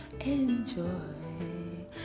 enjoy